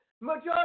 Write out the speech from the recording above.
Majority